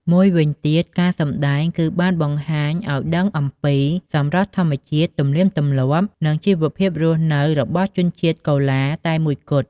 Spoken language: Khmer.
មួយវិញទៀតការសម្តែងគឺបានបង្ហាញឲ្យដឹងអំពីសម្រស់ធម្មជាតិ ទំនៀមទម្លាប់ និងជីវភាពរស់នៅរបស់ជនជាតិកូឡាតែមួយគត់។